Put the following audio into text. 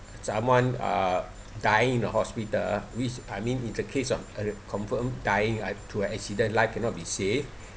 someone uh dying in a hospital which I mean in the case of uh confirmed dying like to accident life cannot be saved